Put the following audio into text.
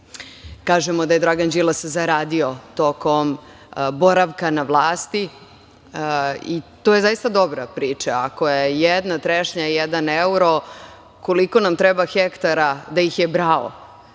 kažemo da je Dragan Đilas zaradio tokom boravka na vlasti, i to je zaista dobra priča. Ako je jedna trešnja jedan evro, koliko nam treba hektara, da ih je brao,